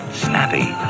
snappy